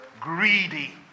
greedy